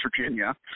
Virginia